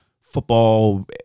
football